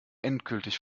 endgültig